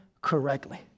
correctly